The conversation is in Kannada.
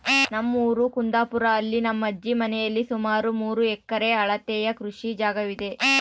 ನಮ್ಮ ಊರು ಕುಂದಾಪುರ, ಅಲ್ಲಿ ನನ್ನ ಅಜ್ಜಿ ಮನೆಯಲ್ಲಿ ಸುಮಾರು ಮೂರು ಎಕರೆ ಅಳತೆಯ ಕೃಷಿ ಜಾಗವಿದೆ